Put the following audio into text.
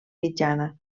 mitjana